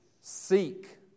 Seek